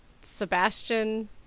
Sebastian